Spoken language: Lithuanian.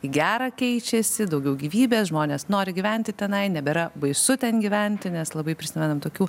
į gerą keičiasi daugiau gyvybės žmonės nori gyventi tenai nebėra baisu ten gyventi nes labai prisimenam tokių